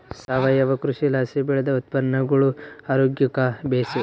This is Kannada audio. ಸಾವಯವ ಕೃಷಿಲಾಸಿ ಬೆಳ್ದ ಉತ್ಪನ್ನಗುಳು ಆರೋಗ್ಯುಕ್ಕ ಬೇಸು